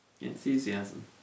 enthusiasm